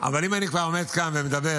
אבל אם אני כבר עומד כאן ומדבר,